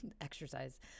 exercise